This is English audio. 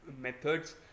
methods